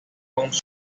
consuelo